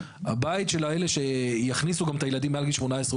הבית של האלה שיכניסו גם את הילדים מעל גיל 18,